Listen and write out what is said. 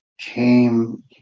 came